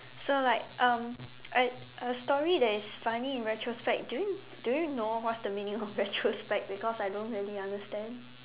so like um a a story that is funny in retrospect do you do you know what's the meaning of retrospect because I don't really understand